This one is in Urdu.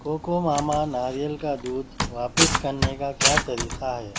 کوکو ماما ناریل کا دودھ واپس کرنے کا کیا طریقہ ہے